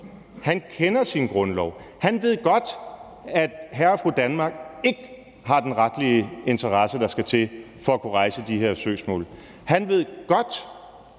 han kender sin grundlov, og han ved godt, at hr. og fru Danmark ikke har den retlige interesse, der skal til for at kunne rejse de her søgsmål. Han ved godt,